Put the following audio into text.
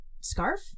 scarf